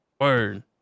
Word